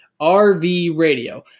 RVRADIO